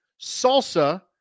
Salsa